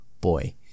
boy